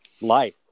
life